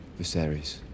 Viserys